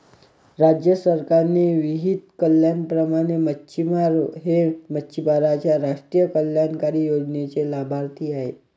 राज्य सरकारने विहित केल्याप्रमाणे मच्छिमार हे मच्छिमारांच्या राष्ट्रीय कल्याणकारी योजनेचे लाभार्थी आहेत